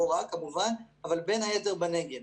לא רק בנגב, כמובן, אבל בין היתר בנגב.